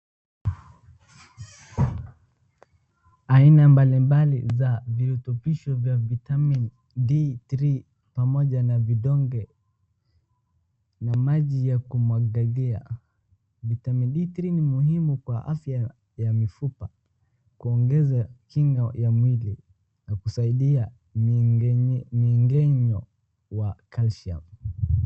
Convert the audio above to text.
Aina mbalimbali za virutubisho vya vitamin D3 pamoja na vidonge na maji ya kumwagalia. vitamin D3 ni muhimu kwa afya ya mifupa, kuongeza kinga ya mwili, na kusaidia mwongezo wa calcium .